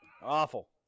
Awful